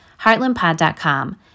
Heartlandpod.com